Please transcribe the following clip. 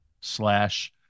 slash